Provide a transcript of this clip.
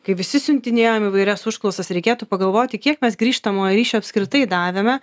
kai visi siuntinėjom įvairias užklausas reikėtų pagalvoti kiek mes grįžtamojo ryšio apskritai davėme